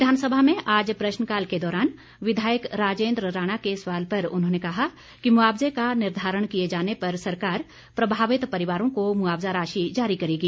विधानसभा में आज प्रश्नकाल के दौरान विधायक राजेंद्र राणा के सवाल पर उन्होंने कहा कि मुआवजे का निर्धारण किए जाने पर सरकार प्रभावित परिवारों को मुआवजा राशि जारी करेगी